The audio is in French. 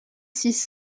six